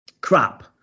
crap